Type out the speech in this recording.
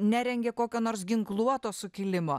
nerengė kokio nors ginkluoto sukilimo